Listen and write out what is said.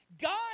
God